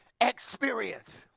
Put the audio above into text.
experience